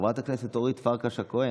חברת הכנסת אורית פרקש הכהן.